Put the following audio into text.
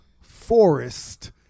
forest